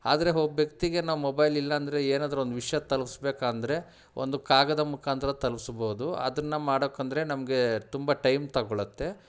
ಆದರೆ ಒಬ್ಬ ವ್ಯಕ್ತಿಗೆ ನಾವು ಮೊಬೈಲ್ ಇಲ್ಲ ಅಂದರೆ ಏನಾದರೂ ಒಂದು ವಿಷಯ ತಲ್ಪ್ಸ್ಬೇಕಂದ್ರೆ ಒಂದು ಕಾಗದ ಮುಖಾಂತರ ತಲ್ಪ್ಸ್ಬೋದು ಅದನ್ನು ಮಾಡಕಂದ್ರೆ ನಮಗೆ ತುಂಬ ಟೈಮ್ ತಗೊಳತ್ತೆ